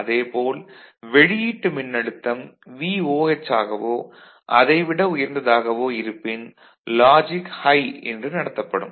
அதே போல் வெளியீட்டு மின்னழுத்தம் VOH ஆகவோ அதை விட உயர்ந்ததாகவோ இருப்பின் லாஜிக் ஹை என்று நடத்தப்படும்